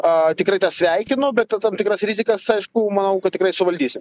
a tikrai sveikinu bet ta tam tikras rizikas aišku manau kad tikrai suvaldysim